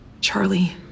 Charlie